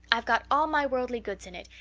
i've got all my worldly goods in it,